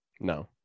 No